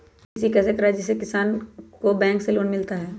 KCC कैसे कराये जिसमे किसान को बैंक से लोन मिलता है?